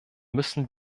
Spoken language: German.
müssen